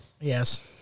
Yes